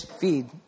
feed